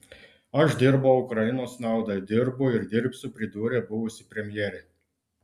aš dirbau ukrainos naudai dirbu ir dirbsiu pridūrė buvusi premjerė